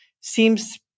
seems